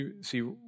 See